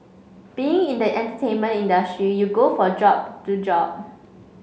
being in the entertainment industry you go for job to job